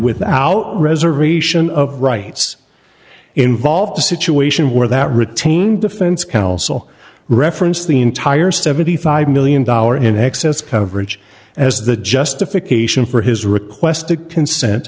without reservation of rights involved a situation where that retained defense counsel reference the entire seventy five million dollars in excess coverage as the justification for his request to consent